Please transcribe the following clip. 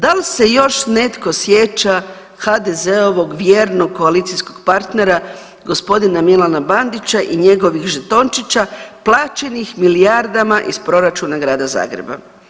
Dal se još netko sjeća HDZ-ovog vjernog koalicijskog partnera g. Milana Bandića i njegovih žetončića plaćenih milijardama iz proračuna Grada Zagreba?